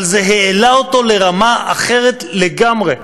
אבל זה העלה אותו לרמה אחרת לגמרי,